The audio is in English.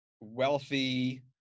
wealthy